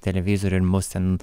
televizorių ir mus ten